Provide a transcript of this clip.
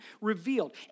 revealed